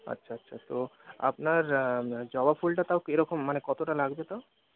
আচ্ছা আচ্ছা তো আপনার জবা ফুলটা তাও কী রকম মানে কতটা লাগবে তাও